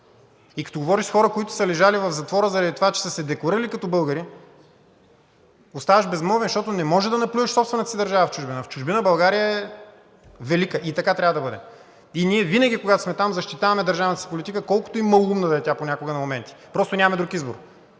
Като говориш с хора, които са лежали в затвора, заради това че са се декларирали като българи, оставаш безмълвен, защото не може да наплюеш собствената си държава в чужбина. В чужбина България е велика и така трябва да бъде и ние винаги, когато сме там, защитаваме държавната си политика, колкото и малоумна да е тя понякога на моменти. Просто нямаме друг избор,